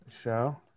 show